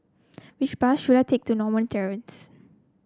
which bus should I take to Norma Terrace